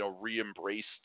re-embraced